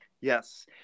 Yes